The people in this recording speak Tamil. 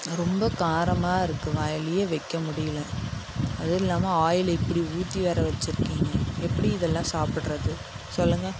ரொம்ப காரமாக இருக்குது வாயிலேயே வைக்க முடியலை அதுவும் இல்லாமல் ஆயில் இப்படி ஊற்றி வேறு வச்சிருக்கீங்க எப்படி இதெல்லாம் சாப்பிட்றது சொல்லுங்கள்